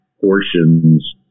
portions